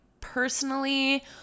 personally